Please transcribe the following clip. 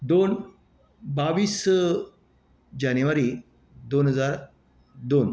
दोन बावीस जानेवारी दोन हजार दोन